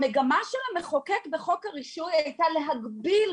המגמה של המחוקק בחוק הרישוי הייתה להגביל